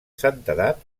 santedat